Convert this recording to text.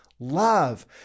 love